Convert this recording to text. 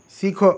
سیکھو